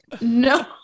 no